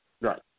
Right